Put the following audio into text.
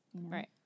Right